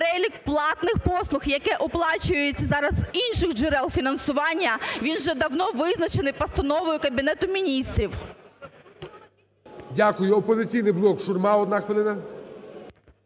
Перелік платних послуг, які оплачуються зараз з інших джерел фінансування, він вже давно визначений постановою Кабінету Міністрів. ГОЛОВУЮЧИЙ. Дякую. "Опозиційний блок", Шурма, одна хвилина.